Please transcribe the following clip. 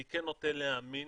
אני כן נוטה להאמין